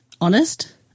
honest